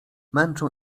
męczą